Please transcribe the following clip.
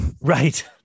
right